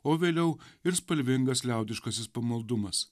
o vėliau ir spalvingas liaudiškasis pamaldumas